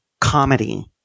comedy